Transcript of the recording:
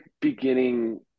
beginning